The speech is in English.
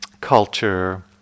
culture